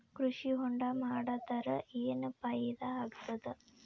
ಕೃಷಿ ಹೊಂಡಾ ಮಾಡದರ ಏನ್ ಫಾಯಿದಾ ಆಗತದ?